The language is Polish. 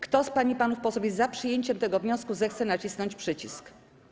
Kto z pań i panów posłów jest za przyjęciem tego wniosku, zechce nacisnąć przycisk.